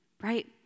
right